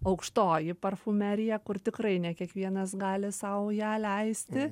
aukštoji parfumerija kur tikrai ne kiekvienas gali sau ją leisti